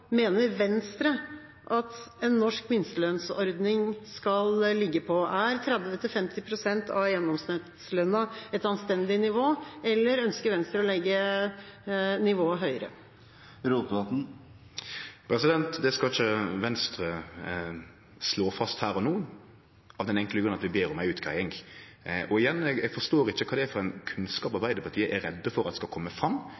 mener Venstre at en norsk minstelønnsordning skal ligge på? Er 30–50 pst. av gjennomsnittslønna et anstendig nivå, eller ønsker Venstre å legge nivået høyere? Det skal ikkje Venstre slå fast her og no, av den enkle grunn at vi ber om ei utgreiing. Og igjen: Eg forstår ikkje kva det er for ein kunnskap ein i Arbeidarpartiet er redd for skal kome fram